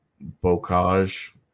Bocage